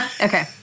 Okay